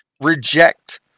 reject